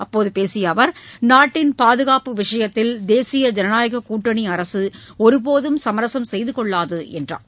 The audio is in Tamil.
அப்போது பேசிய அவர் நாட்டின் பாதுகாப்பு விஷயத்தில் தேசிய ஜனநாயகக் கூட்டணி அரசு ஒருபோதும் சமரசும் செய்து கொள்ளாது என்றார்